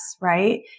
right